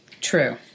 True